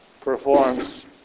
performs